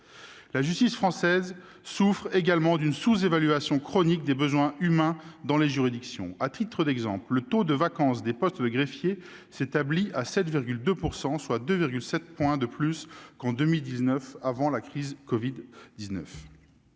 La justice française souffre également d'une sous-évaluation chronique des besoins humains dans les juridictions. À titre d'exemple, le taux de vacance des postes de greffier s'établit à 7,2 %, soit 2,7 points de plus qu'en 2019, avant la crise du covid-19.